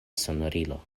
sonorilo